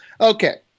Okay